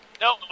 No